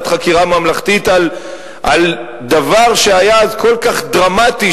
חקירה ממלכתית על דבר שהיה אז כל כך דרמטי,